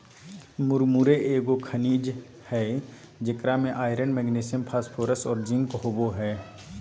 मुरमुरे एगो खनिज हइ जेकरा में आयरन, मैग्नीशियम, फास्फोरस और जिंक होबो हइ